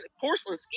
porcelain